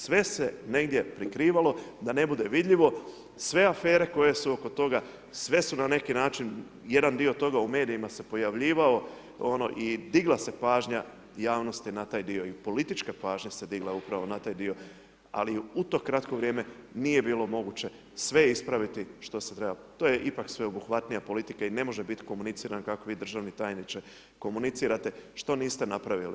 Sve se negdje prikrivalo da ne bude vidljivo, sve afere koji su oko toga, sve su na neki način jedan dio toga u medijima se pojavljivao i digla se pažnja javnosti na taj dio i politički pažnja se digla upravo na taj dio ali u to kratko vrijeme nije bilo moguće sve ispraviti što se treba, to je ipak sveobuhvatnija politika i ne može biti komuniciran kako vi državna tajniče, komunicirate, što niste napravili.